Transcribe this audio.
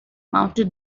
mounted